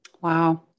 Wow